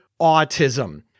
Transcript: autism